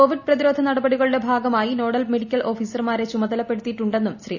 Covid പ്രതിരോധ നടപടികളുടെ ഭാഗമായി നോഡൽ മെഡിക്കൽ ഓഫീസർമാരെ ചുമതലപ്പെടുത്തിയിട്ടുണ്ടെന്നും ശ്രീ